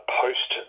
post